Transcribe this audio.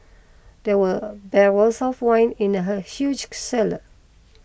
there were barrels of wine in the huge cellar